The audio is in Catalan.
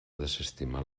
desestimar